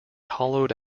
hollowed